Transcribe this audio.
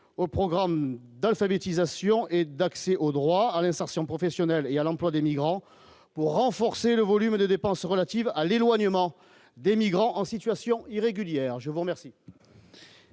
aux programmes d'alphabétisation et d'accès au droit à l'insertion professionnelle et à l'emploi des migrants pour renforcer le volume des dépenses relatives à l'éloignement des migrants en situation irrégulière, je vous remercie.